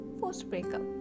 post-breakup